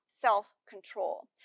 self-control